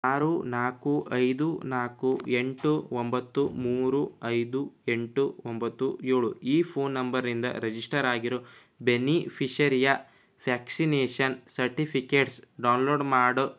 ಆರು ನಾಲ್ಕು ಐದು ನಾಲ್ಕು ಎಂಟು ಒಂಬತ್ತು ಮೂರು ಐದು ಎಂಟು ಒಂಬತ್ತು ಏಳು ಈ ಫೋನ್ ನಂಬರಿಂದ ರಿಜಿಸ್ಟರ್ ಆಗಿರೋ ಬೆನಿಫಿಶರಿಯ ವ್ಯಾಕ್ಸಿನೇಷನ್ ಸರ್ಟಿಫಿಕೇಟ್ಸ್ ಡೌನ್ಲೋಡ್ ಮಾಡು